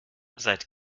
seit